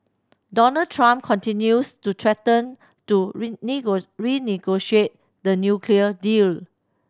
Donald Trump continues to threaten to renegotiate the nuclear deal